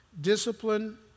Discipline